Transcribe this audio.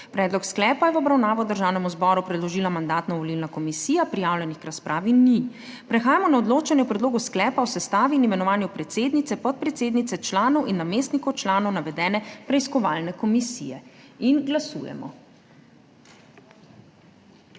Predlog sklepa je v obravnavo Državnemu zboru predložila Mandatno-volilna komisija. Prijavljenih k razpravi ni. Prehajamo na odločanje o predlogu sklepa o sestavi in imenovanju predsednice, podpredsednice članov in namestnikov članov navedene preiskovalne komisije. Glasujemo.